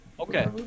Okay